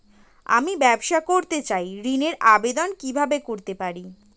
আমি ব্যবসা করতে চাই ঋণের আবেদন কিভাবে করতে পারি?